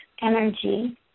energy